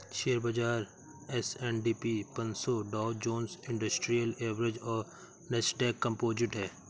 share बाजार S and P पनसो Dow Jones industrial average और नैस्डैक कंपोजिट है